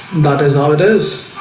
that is how it is